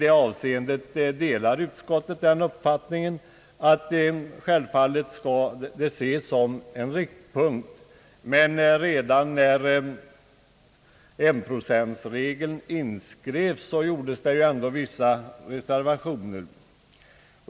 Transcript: Utskottet delar den uppfattningen, men redan då enprocentregeln inskrevs gjorde man vissa reservationer.